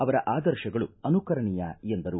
ಅವರ ಆದರ್ಶಗಳು ಅನುಕರಣೇಯ ಎಂದರು